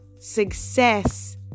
success